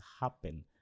happen